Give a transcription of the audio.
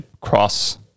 cross